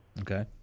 Okay